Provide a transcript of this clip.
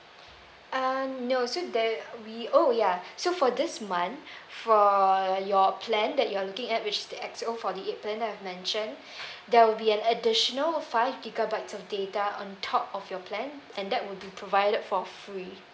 uh no so there we oh ya so for this month for your plan that you're looking at which is the X_O forty eight plan that I've mentioned there will be an additional five gigabytes of data on top of your plan and that will be provided for free